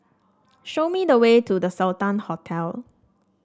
show me the way to The Sultan Hotel